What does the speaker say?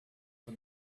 for